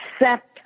accept